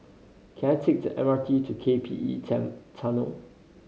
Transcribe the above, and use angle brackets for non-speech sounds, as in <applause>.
can I take the M R T to K P E <unintelligible> Tunnel